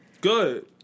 Good